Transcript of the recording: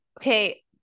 okay